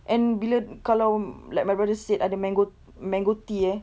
and bila kalau um like my brother said ada mango mango tea eh